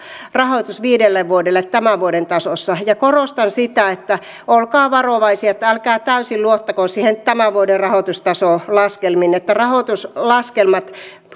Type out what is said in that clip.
rahoitus viidelle vuodelle tämän vuoden tasossa ja korostan sitä että olkaa varovaisia älkää täysin luottako niihin tämän vuoden rahoitustasolaskelmiin rahoituslaskelmat